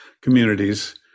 communities